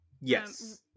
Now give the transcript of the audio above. Yes